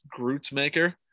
Grootsmaker